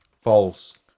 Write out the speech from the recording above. false